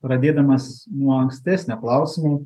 pradėdamas nuo ankstesnio klausimo